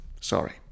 Sorry